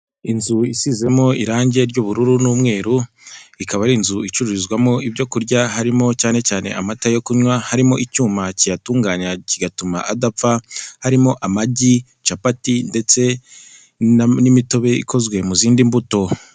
Inzu isizemo irangi ry'ubururu n'umweru, ikaba ari inzu icururizwamo ibyokurya, harimo cyane cyane amata yo kunywa, harimo icyuma kiyatunganya kigatuma adapfa, harimo amagi, capati ndetse n'imitobe ikozwe mu zindi mbuto.